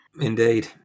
Indeed